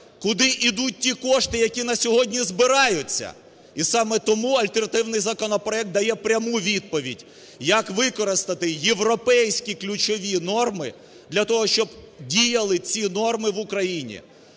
куди ідуть ті кошти, які на сьогодні збираються? І саме тому альтернативний законопроект дає пряму відповідь, як використати європейські ключові норми для того, щоб діяли ці норми в Україні.